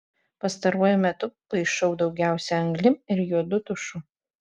pastaruoju metu paišau daugiausia anglim ir juodu tušu